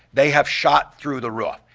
they have shot through the roof,